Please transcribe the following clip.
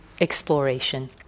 exploration